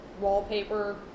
wallpaper